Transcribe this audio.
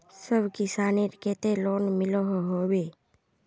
सब किसानेर केते लोन मिलोहो होबे?